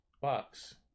Box